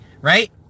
Right